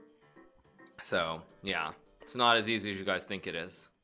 so yeah it's not as easy as you guys think it is